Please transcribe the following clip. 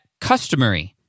Customary